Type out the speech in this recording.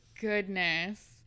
goodness